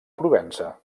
provença